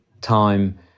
time